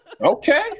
okay